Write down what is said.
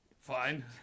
Fine